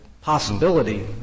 possibility